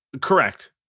Correct